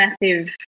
massive